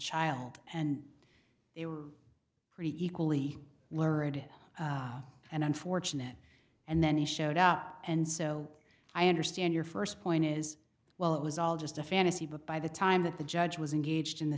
child and they were pretty equally learned and unfortunate and then he showed up and so i understand your first point is well it was all just a fantasy but by the time that the judge was engaged in the